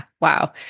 Wow